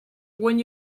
when